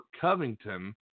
Covington